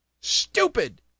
Stupid